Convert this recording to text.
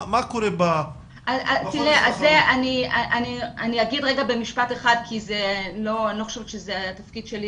מה קורה ב- -- אני אגיד רגע במשפט אחד כי אני לא חושבת שזה התפקיד שלי